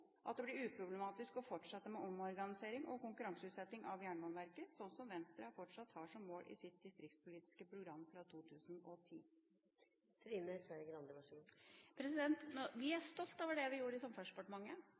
at det blir uproblematisk å fortsette med omorganisering og konkurranseutsetting av Jernbaneverket, sånn som Venstre fortsatt har som mål i sitt distriktspolitiske program fra 2010. Vi er stolt over det vi gjorde i Samferdselsdepartementet.